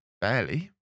barely